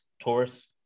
Taurus